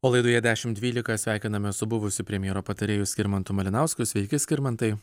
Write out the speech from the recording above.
o laidoje dešim dvylika sveikinamės su buvusiu premjero patarėju skirmantu malinausku sveiki skirmantai